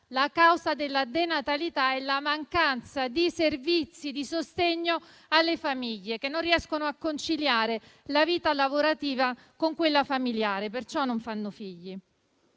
la causa della denatalità è la mancanza di servizi e di sostegno alle famiglie, che non riescono a conciliare la vita lavorativa con quella familiare, perciò non fanno figli.